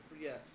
Yes